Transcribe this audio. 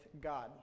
God